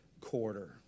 quarter